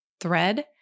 thread